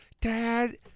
Dad